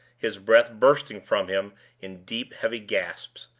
his breath bursting from him in deep, heavy gasps,